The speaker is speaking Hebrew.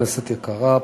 כנסת יקרה,